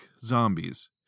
zombies